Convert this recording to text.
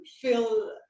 feel